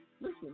listen